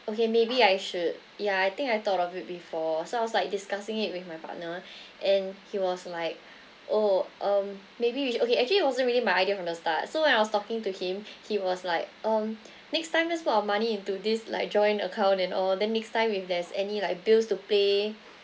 okay maybe I should ya I think I thought of it before so I was like discussing it with my partner and he was like oh um maybe we okay actually wasn't really my idea from the start so when I was talking to him he was like um next time just put our money into this like joint account and all then next time if there's any like bills to pay